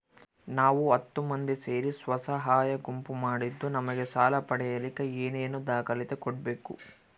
ನಾವು ಹತ್ತು ಮಂದಿ ಸೇರಿ ಸ್ವಸಹಾಯ ಗುಂಪು ಮಾಡಿದ್ದೂ ನಮಗೆ ಸಾಲ ಪಡೇಲಿಕ್ಕ ಏನೇನು ದಾಖಲಾತಿ ಕೊಡ್ಬೇಕು?